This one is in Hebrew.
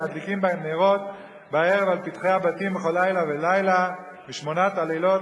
ומדליקים בהם נרות בערב על פתחי הבתים בכל לילה ולילה משמונת הלילות,